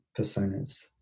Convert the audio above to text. personas